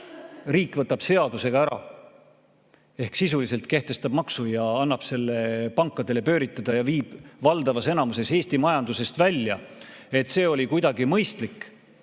riik võtab seadusega ära ehk sisuliselt kehtestab maksu ja annab selle pankadele pööritada ja viib valdavas enamuses Eesti majandusest välja – [kas] see oli kuidagi mõistlik?